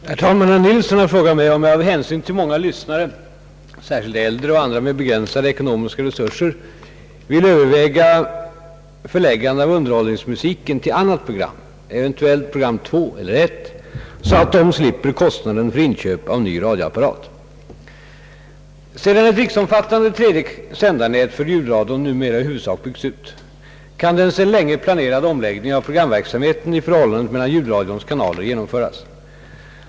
Herr talman! Herr Nilsson har frågat mig, om jag av hänsyn till många lyssnare — särskilt äldre och andra med begränsade ekonomiska resurser — vill överväga förläggande av underhållningsmusiken till annat program, eventuellt program 2 eller 1, så att de slipper kostnaden för inköp av ny radioapparat. Sedan ett riksomfattande tredje sändarnät för ljudradion numera i huvudsak byggts ut, kan den sedan länge planerade omläggningen av programverksamheten i förhållandet mellan ljud radions kanaler genomföras.